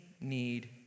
need